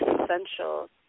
essential